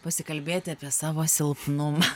pasikalbėti apie savo silpnumą